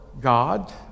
God